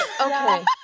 Okay